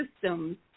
systems